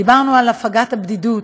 דיברנו על הפגת הבדידות.